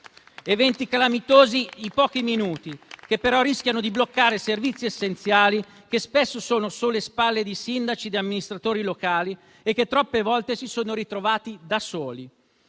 eventi calamitosi di pochi minuti che però rischiano di bloccare servizi essenziali che spesso sono sulle spalle di sindaci e amministratori locali, che troppe volte si sono ritrovati da soli.